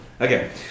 Okay